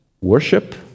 worship